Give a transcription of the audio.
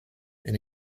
and